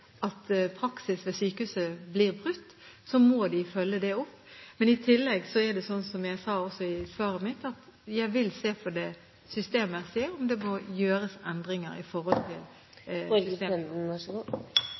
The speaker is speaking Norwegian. at sykehusene når de ser at praksis ved sykehuset blir brutt, må følge det opp. Men i tillegg vil jeg, som jeg også sa i svaret mitt, se på det systemmessige og om det må gjøres endringer i forhold til